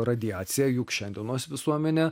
radiaciją juk šiandienos visuomenė